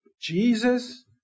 Jesus